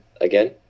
again